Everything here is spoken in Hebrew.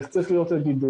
איך צריך להיות הגידור,